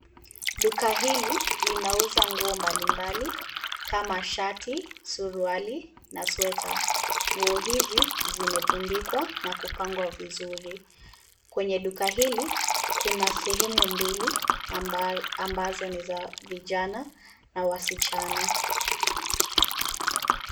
Duka hili linauza nguo mbalimbali kama shati, suruali na sweta. Nguo hizi zimetundikwa na kupangwa vizuri. Kwenye duka hili, kuna sehemu mbili ambazo ni za vijana na wasichana .